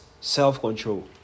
self-control